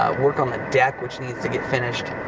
work on the deck, which needs to get finished.